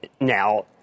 now